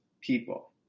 people